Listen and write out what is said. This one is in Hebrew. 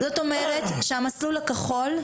זאת אומרת שהמסלול הכחול,